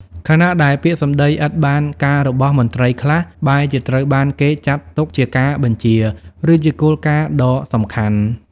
ខណៈដែលពាក្យសម្ដីឥតបានការរបស់មន្ត្រីខ្លះ បែរជាត្រូវបានគេចាត់ទុកជាការបញ្ជា ឬជាគោលការណ៍ដ៏សំខាន់។